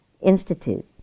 Institute